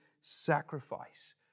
sacrifice